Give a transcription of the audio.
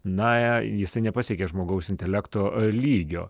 na jisai nepasiekia žmogaus intelekto lygio